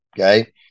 okay